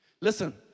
Listen